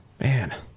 Man